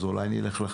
ואז אולי נלך לחקיקה.